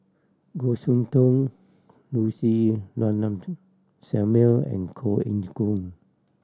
Goh Soon Tioe Lucy Samuel and Koh Eng Hoon